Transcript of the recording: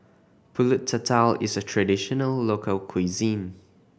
Pulut Tatal is a traditional local cuisine